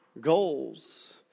goals